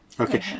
Okay